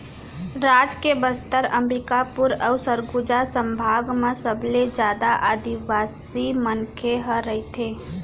राज के बस्तर, अंबिकापुर अउ सरगुजा संभाग म सबले जादा आदिवासी मनखे ह रहिथे